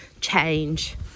change